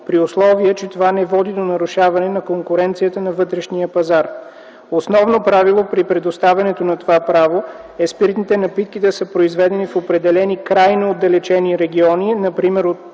при условие, че това не води до нарушаване на конкуренцията на вътрешния пазар. Основно правило при предоставяне на това право е спиртните напитки да са произведени в определени крайно отдалечени региони, например, отвъд